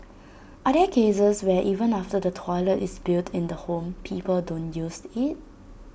are there cases where even after the toilet is built in the home people don't use IT